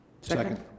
Second